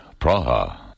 Praha